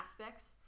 aspects